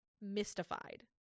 mystified